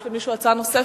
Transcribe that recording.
יש למישהו הצעה נוספת?